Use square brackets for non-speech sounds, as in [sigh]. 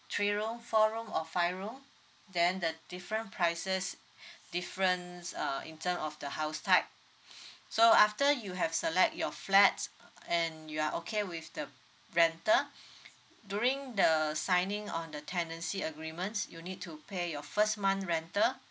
three room four room or five room then the different prices [breath] difference uh in term of the house type [breath] so after you have select your flats and you are okay with the rental during the signing on the tenancy agreements you need to pay your first month rental